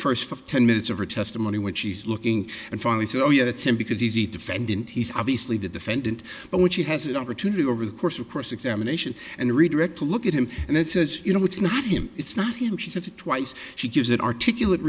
first five ten minutes of her testimony when she's looking and finally said oh yeah that's him because he's a defendant he's obviously the defendant but which he has an opportunity over the course of cross examination and redirect to look at him and then says you know it's not him it's not him she said it twice she gives it articulate